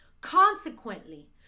Consequently